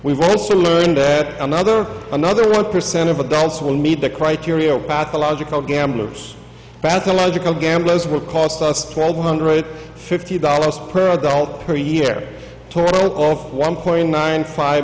we've also learned another another one percent of adults will meet the criteria pathological gamblers pathological gamblers will cost us twelve hundred fifty dollars per adult per year total of one point nine five